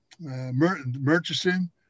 murchison